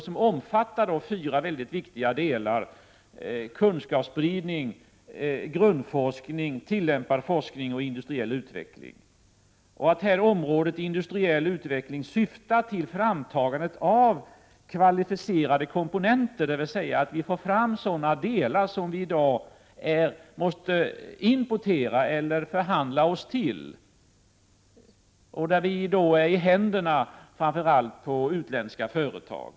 Det omfattar fyra viktiga delar: kunskapsspridning, grundforskning, tillämpad forskning och industriell utveckling. Området industriell utveckling syftar till framtagande av kvalificerade komponenter, dvs. att vi får fram sådana delar som vi i dag måste importera eller förhandla oss till och då är i händerna på framför allt utländska företag.